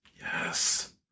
Yes